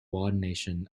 ordination